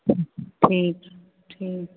ठीक छै ठीक